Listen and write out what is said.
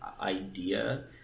idea